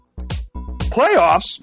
Playoffs